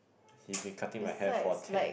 he's been cutting my hair for ten